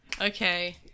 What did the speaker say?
Okay